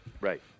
Right